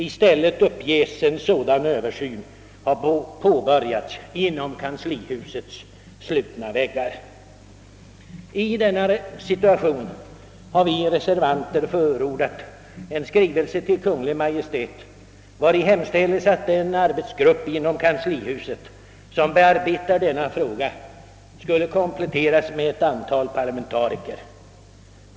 I stället uppges en sådan översyn ha påbörjats inom kanslihusets slutna väggar. I denna situation har vi reservanter förordat en skrivelse till Kungl. Maj:t med hemställan att den arbetsgrupp inom kanslihuset, som bearbetar denna fråga, skulle kompletteras med ett antal parlamentariker.